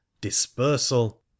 dispersal